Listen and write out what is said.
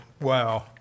wow